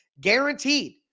guaranteed